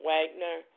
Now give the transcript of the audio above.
Wagner